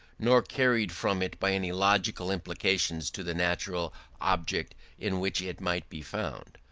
nor carried from it by any logical implication to the natural object in which it might be found.